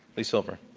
lee silver.